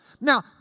Now